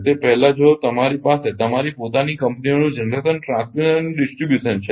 તે પહેલાં જો તમારી પાસે તમારી પોતાની કંપનીઓનું જનરેશન ટ્રાન્સમીશન અને ડીસ્ટ્રીબ્યુશન છે